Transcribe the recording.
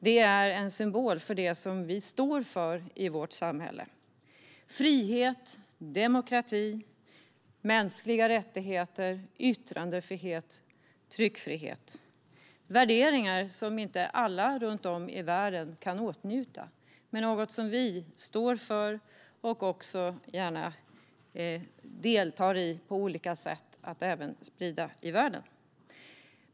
Den är en symbol för det som vi står för i vårt samhälle - för frihet, demokrati, mänskliga rättigheter, yttrandefrihet och tryckfrihet. Dessa är värderingar som inte alla runt om i världen får glädje av men som vi står för och vars spridning i världen vi gärna, på olika sätt, deltar i.